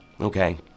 okay